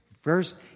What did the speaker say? First